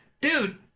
dude